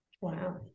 wow